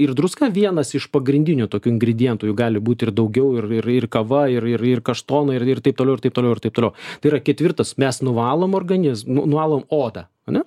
ir druska vienas iš pagrindinių tokių ingredientų jų gali būt ir daugiau ir ir kava ir ir ir kaštonai ir ir taip toliau ir taip toliau ir taip toliau tai yra ketvirtas mes nuvalom organizm nuvalom odą ane